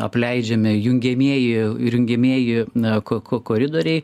apleidžiami jungiamieji ir jungiamieji na ko ko koridoriai